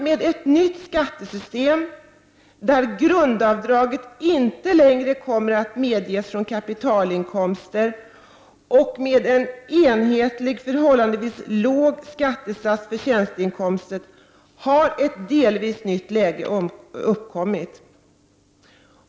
Med ett nytt skattesystem, där grundavdrag inte längre kommer att medges från kapitalinkomster och med enhetlig förhållandevis låg skattesats på tjänsteinkomster, har ett delvis nytt läge uppkommit.